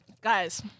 guys